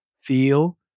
feel